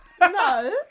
No